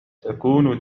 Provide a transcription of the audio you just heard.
تكون